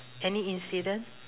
any incident